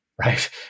Right